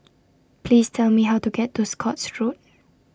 Please Tell Me How to get to Scotts Road